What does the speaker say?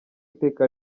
iteka